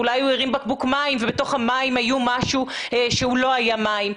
ואולי הוא הרים בקבוק מים ובתוך המים היה משהו שלא היה מים.